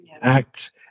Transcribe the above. act